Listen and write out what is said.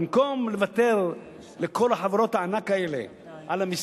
שבמקום לוותר לכל חברות הענק על המסים,